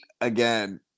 again